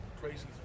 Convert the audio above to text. crazy